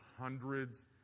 hundreds